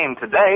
today